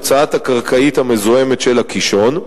הוצאת הקרקעית המזוהמת של הקישון.